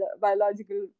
biological